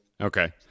Okay